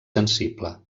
sensible